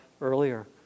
earlier